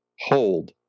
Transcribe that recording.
Hold